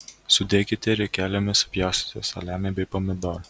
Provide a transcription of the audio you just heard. sudėkite riekelėmis supjaustytą saliamį bei pomidorą